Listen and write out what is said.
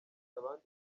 abandi